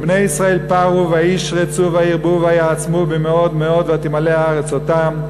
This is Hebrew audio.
"ובני ישראל פרו וישרצו וירבו ויעצמו במאד מאד ותמלא הארץ אתם"